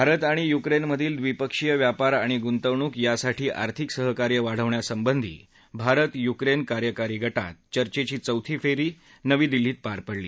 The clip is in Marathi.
भारत आणि युक्रेनमधील द्विपक्षीय व्यापार आणि गुंतवणूक यासाठी आर्थिक सहकार्य वाढवण्यासंबधी भारत युक्रेन कार्यकारी गटात चर्येची चौथी फेरी नवी दिल्लीत पार पडली